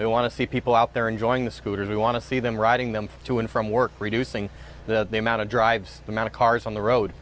they want to see people out there enjoying the scooters we want to see them riding them to and from work reducing the amount of drives them out of cars on the road